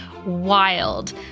Wild